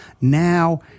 now